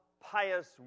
pious